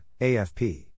AFP